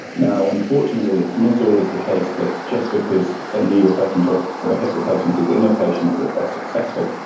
unfortunately it's not always the case that just because a knee replacement or or a hip replacement is in a patient that they are successful.